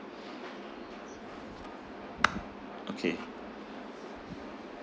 okay